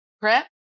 prep